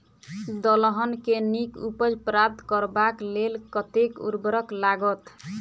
दलहन केँ नीक उपज प्राप्त करबाक लेल कतेक उर्वरक लागत?